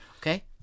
Okay